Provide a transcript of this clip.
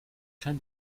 kein